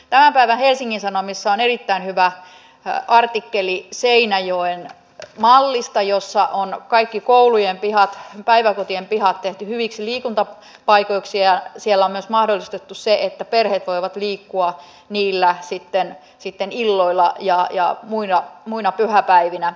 tämän päivän helsingin sanomissa on erittäin hyvä artikkeli seinäjoen mallista jossa on kaikki koulujen pihat ja päiväkotien pihat tehty hyviksi liikuntapaikoiksi ja siellä on myös mahdollistettu se että perheet voivat liikkua niillä iltoina ja muina pyhäpäivinä